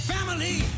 Family